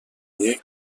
ier